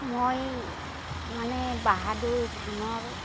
মই মানে বাহাদুৰ ধানৰ